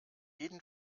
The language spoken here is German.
jeden